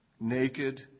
Naked